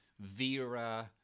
Vera